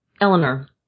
Eleanor